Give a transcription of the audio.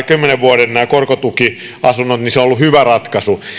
kymmenen vuoden korkotukiasunnot ovat olleet hyvä ratkaisu